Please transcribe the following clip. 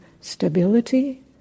stability